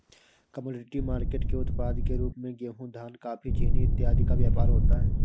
commodity market के उत्पाद के रूप में गेहूं धान कॉफी चीनी इत्यादि का व्यापार होता है